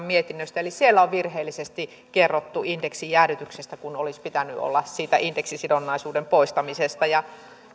mietinnöstä eli siellä on virheellisesti kerrottu indeksin jäädytyksestä kun olisi pitänyt olla indeksisidonnaisuuden poistamisesta